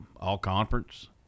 all-conference